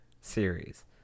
series